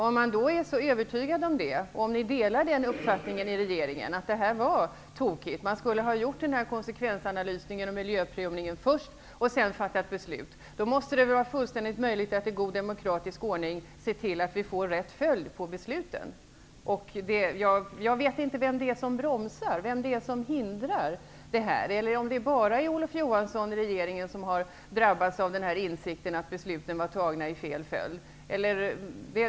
Om ni är så övertygade om detta och om ni i regeringen delar uppfattningen att man först skulle ha gjort konsekvensanalysen och miljöprövningen för att sedan fatta beslut, måste det väl vara fullständigt möjligt att i god demokratisk ordning se till att följden på besluten blir riktig. Jag vet inte vem det är som hindrar detta. Är det bara Olof Johansson som i regeringen har drabbats av insikten om att besluten fattades i fel följd?